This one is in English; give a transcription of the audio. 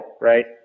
right